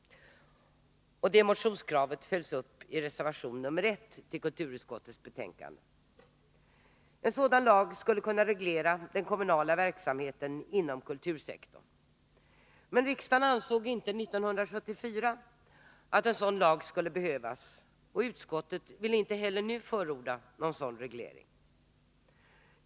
Detta motionskrav följs upp i reservation 1 till kulturutskottets betänkande. En sådan lag skulle kunna reglera den kommunala verksamheten inom kultursektorn. Riksdagen ansåg inte 1974 att någon sådan lag skulle behövas, och utskottet vill inte heller nu förorda någon sådan reglering.